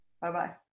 Bye-bye